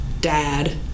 dad